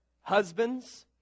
husbands